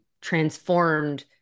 transformed